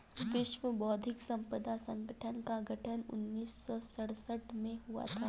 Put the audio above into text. विश्व बौद्धिक संपदा संगठन का गठन उन्नीस सौ सड़सठ में हुआ था